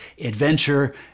adventure